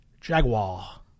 Jaguar